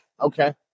Okay